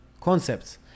concepts